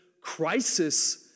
crisis